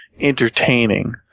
entertaining